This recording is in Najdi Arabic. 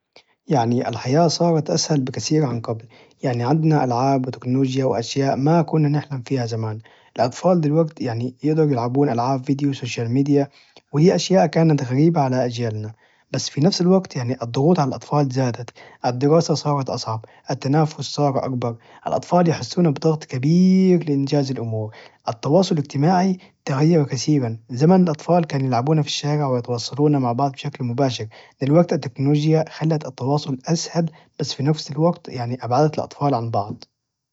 يعني الحياة صارت أسهل بكثير عن قبل يعني عندنا العاب وتكنولوجيا وأشياء ما كنا نحلم فيها زمان الأطفال دلوجت يعني يقدروا يلعبون العاب فيديو سوشيال ميديا وهي أشياء كانت غريبة على أجيالنا بس في نفس الوقت يعني الضغوط على الأطفال زادت الدراسة صارت أصعب التنافس صار أكبر الأطفال يحسون بضغط كبير لإنجاز الأمور التواصل الإجتماعي تغير كثيرا زمان الأطفال كانوا يلعبون في الشارع ويتواصلون مع بعض بشكل مباشر دلوقت التكنولوجيا خلت التواصل أسهل بس في نفس الوقت يعني أبعدت الأطفال عن بعض